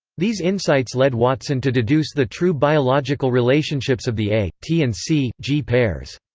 these insights led watson to deduce the true biological relationships of the a t and c g pairs.